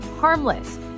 harmless